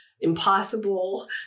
impossible